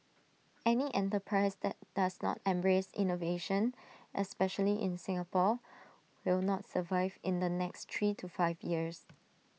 any enterprise that does not embrace innovation especially in Singapore will not survive in the next three to five years